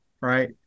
Right